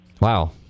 Wow